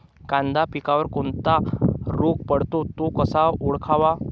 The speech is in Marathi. कांदा पिकावर कोणता रोग पडतो? तो कसा ओळखावा?